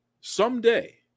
someday